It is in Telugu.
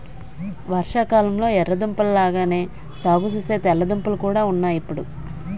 వర్షాకాలంలొ ఎర్ర దుంపల లాగానే సాగుసేసే తెల్ల దుంపలు కూడా ఉన్నాయ్ ఇప్పుడు